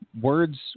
Words